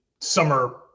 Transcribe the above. summer